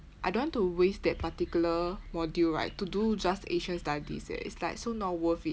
I don't want to waste that particular module right to do just asian studies eh it's like so not worth it eh